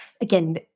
again